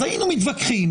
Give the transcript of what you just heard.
אז היינו מתווכחים.